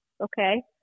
okay